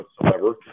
whatsoever